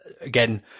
again